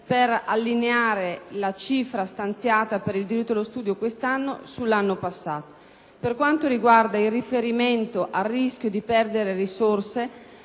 per allineare la cifra stanziata per il diritto allo studio quest’anno sull’anno passato. Per quanto concerne il riferimento al rischio di perdere risorse,